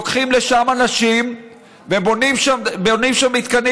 לוקחים לשם אנשים ובונים שם מתקנים